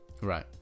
right